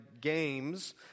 games